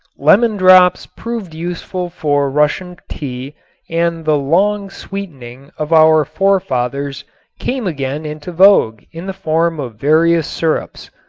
lemon drops proved useful for russian tea and the long sweetening of our forefathers came again into vogue in the form of various syrups.